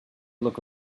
look